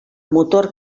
motor